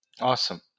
Awesome